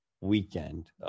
weekend